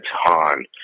Han